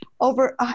over